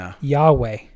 Yahweh